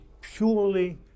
purely